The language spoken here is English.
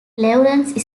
laurence